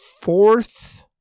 fourth